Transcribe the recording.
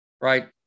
right